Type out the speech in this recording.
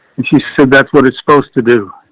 and she said, that's what it's supposed to do.